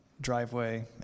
driveway